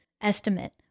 estimate